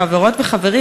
חברות וחברים,